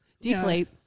deflate